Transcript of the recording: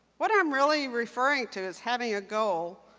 what i'm really referring to is having a goal,